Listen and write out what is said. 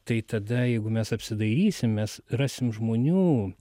tai tada jeigu mes apsidairysim mes rasim žmonių